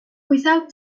without